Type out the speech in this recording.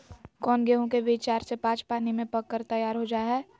कौन गेंहू के बीज चार से पाँच पानी में पक कर तैयार हो जा हाय?